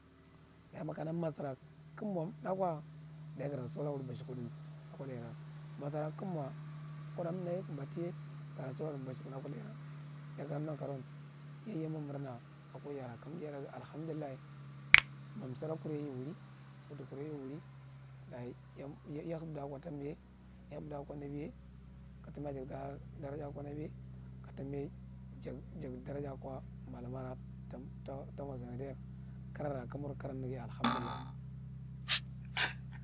Ɗaye kana nasira kaga mo thath kwa daye gata siudi masikuɗni leira, masira kaga mo kuda lthaye bafhiye gata suidi batshekuɗmi ako leira daye kaneghi nan karawan yay yamo murna ako yara anmadi yaibhaghi alhamdullah, ma juda kuriye yiwuri ma kufaukurye yiwri daye iya hepdi ake tambiye ya hepdoka nabiye ka tambiya jak da daraja ako nabi ka tambi jak jak jak di daraja ako mullum ra tami tama sanaiyar kira ka thdur kima neneghiye alhamdulillah.